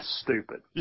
stupid